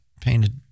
painted